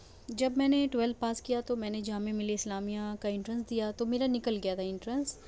جب میں نے ٹویلو پاس کیا تو میں نے جامعہ ملیہ اسلامیہ کا انٹرینس دیا تو میرا نکل گیا تھا انٹرینس